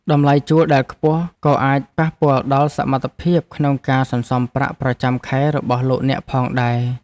តម្លៃជួលដែលខ្ពស់ក៏អាចប៉ះពាល់ដល់សមត្ថភាពក្នុងការសន្សំប្រាក់ប្រចាំខែរបស់លោកអ្នកផងដែរ។